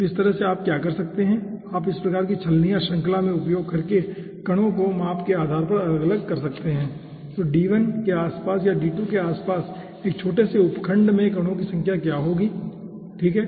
तो इस तरह से आप क्या कर सकते हैं आप इस प्रकार की छलनियाँ श्रृंखला में उपयोग करके कणों को माप के आधार पर अलग कर सकते हैं कि d1 के आसपास या d2 के आसपास एक छोटे से उपखंड में कणों की संख्या क्या होगी ठीक है